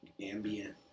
ambient